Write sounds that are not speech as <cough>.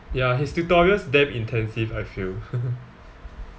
ya his tutorials damn intensive I feel <laughs>